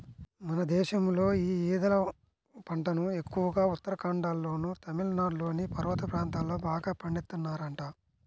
మన దేశంలో యీ ఊదల పంటను ఎక్కువగా ఉత్తరాఖండ్లోనూ, తమిళనాడులోని పర్వత ప్రాంతాల్లో బాగా పండిత్తన్నారంట